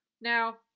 Now